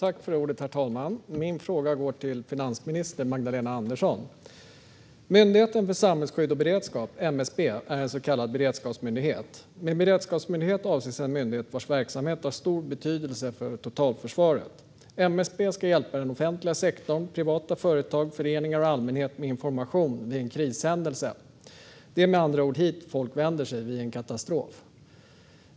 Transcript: Herr talman! Min fråga går till finansminister Magdalena Andersson. Myndigheten för samhällsskydd och beredskap, MSB, är en så kallad beredskapsmyndighet. Med beredskapsmyndighet avses en myndighet vars verksamhet har stor betydelse för totalförsvaret. MSB ska hjälpa den offentliga sektorn, privata företag, föreningar och allmänhet med information vid en krishändelse. Det är med andra ord dit folk vänder sig vid en katastrof.